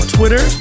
Twitter